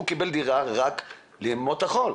הוא קיבל דירה רק לימות החול.